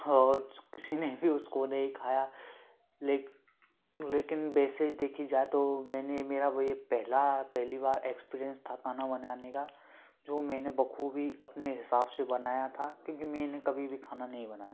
और किसी ने भी उसको नहीं खाया लेकिन वैसा देखी जाए तो मैंने मेरा वही पहली बार एक्सपीरियंस था खाना बनाने का जो मैंने बखूबी अपने हिसाब से बनाया था कि मैंने कभी भी खाना नहीं बनाया था